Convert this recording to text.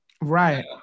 right